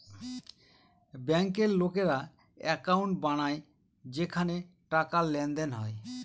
ব্যাঙ্কের লোকেরা একাউন্ট বানায় যেখানে টাকার লেনদেন হয়